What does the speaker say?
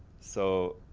so,